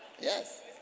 Yes